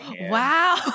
Wow